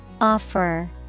Offer